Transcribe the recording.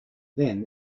then